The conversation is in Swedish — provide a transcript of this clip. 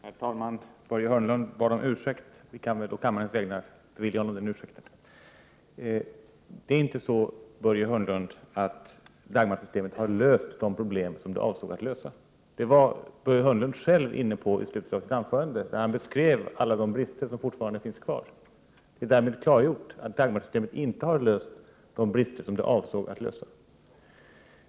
Fru talman! Börje Hörnlund bad om ursäkt, och vi kan å kammarens vägnar bevilja honom den ursäkten. Det är inte så, Börje Hörnlund, att Dagmarsystemet har löst de problem som det var avsett att lösa. Det var Börje Hörnlund själv inne på i slutet av sitt anförande, när han beskrev alla de brister som fortfarande finns kvar. Det är därmed klargjort att Dagmarsystemet inte har löst de brister det avsåg att lösa.